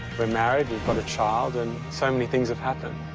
we're married, we've got a child, and so many things have happened.